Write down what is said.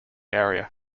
area